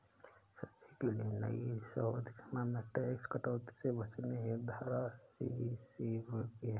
सभी के लिए नई सावधि जमा में टैक्स कटौती से बचने हेतु धारा अस्सी सी उपयोगी है